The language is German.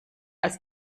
als